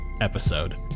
episode